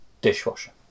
dishwasher